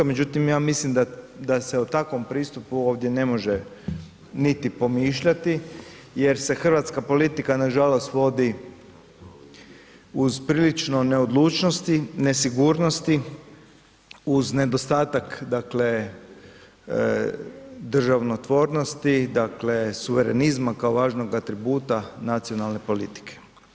Međutim, ja mislim da se o takvom pristupu ovdje ne može niti pomišljati jer se hrvatska politika nažalost vodi uz prilično neodlučnosti, nesigurnosti, uz nedostatak, dakle, državotvornosti, dakle, suverenizma kao važnog atributa nacionalne politike.